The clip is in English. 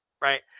right